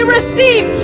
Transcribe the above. receive